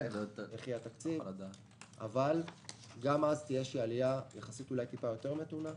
גם אז תהיה עלייה, אולי קצת יותר מתונה.